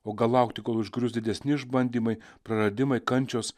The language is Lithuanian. o gal laukti kol užgrius didesni išbandymai praradimai kančios